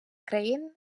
країн